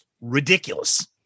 ridiculous